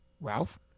Ralph